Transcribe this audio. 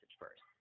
first